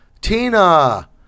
Tina